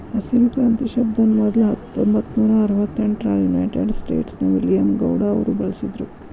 ಹಸಿರು ಕ್ರಾಂತಿ ಶಬ್ದಾನ ಮೊದ್ಲ ಹತ್ತೊಂಭತ್ತನೂರಾ ಅರವತ್ತೆಂಟರಾಗ ಯುನೈಟೆಡ್ ಸ್ಟೇಟ್ಸ್ ನ ವಿಲಿಯಂ ಗೌಡ್ ಅವರು ಬಳಸಿದ್ರು